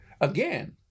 again